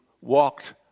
walked